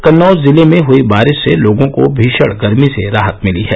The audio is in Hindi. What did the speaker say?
कन्नौज जिले में हयी बारिश से लोगो को भीषण गर्मी से राहत मिली है